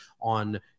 on